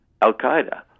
al-Qaeda